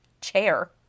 chair